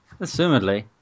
Assumedly